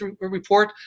report